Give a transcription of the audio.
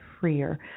freer